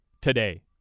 today